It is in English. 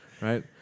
Right